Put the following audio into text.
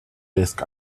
desk